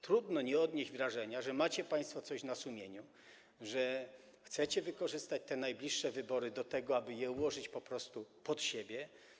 Trudno nie odnieść wrażenia, że macie państwo coś na sumieniu, że chcecie wykorzystać najbliższe wybory do tego, aby je ułożyć po prostu pod siebie.